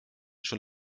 schon